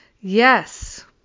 Yes